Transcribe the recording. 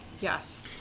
Yes